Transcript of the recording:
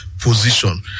position